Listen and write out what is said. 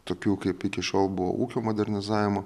tokių kaip iki šiol buvo ūkio modernizavimo